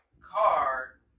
car